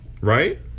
right